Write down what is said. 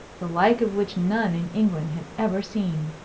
the like of which none in england had ever seen.